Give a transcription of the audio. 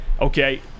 Okay